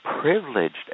privileged